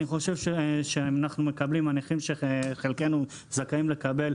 הנכים שחלקנו זכאים לקבל,